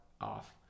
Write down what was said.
off